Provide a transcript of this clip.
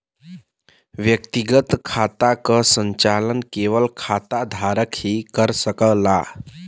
व्यक्तिगत खाता क संचालन केवल खाता धारक ही कर सकला